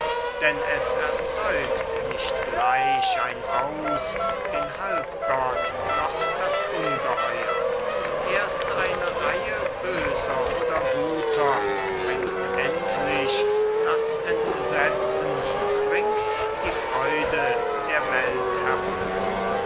denn es erzeugt nicht gleich ein haus den halbgott noch das ungeheuer erst eine reihe böser oder guter bringt endlich das entsetzen bringt die freude der welt hervor